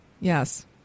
yes